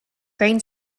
grain